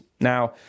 Now